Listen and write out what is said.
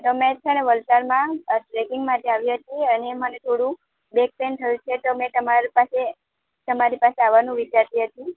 તમે છે ને વલસાડમાં બ્રેકિંગ માટે આવ્યા છો તે મને થોડું બેકપેઇન થયું છે તો મેં તમારી પાસે તમારી પાસે આવવાનું વિચારતી હતી